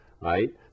right